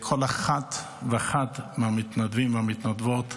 כל אחד ואחת מהמתנדבים והמתנדבות,